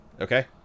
Okay